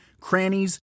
crannies